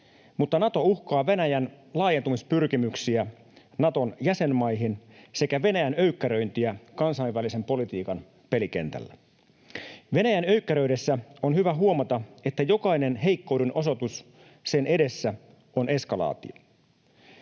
mutta Nato uhkaa Venäjän laajentumispyrkimyksiä Naton jäsenmaihin sekä Venäjän öykkäröintiä kansainvälisen politiikan pelikentällä. Venäjän öykkäröidessä on hyvä huomata, että jokainen heikkouden osoitus sen edessä on eskalaatio.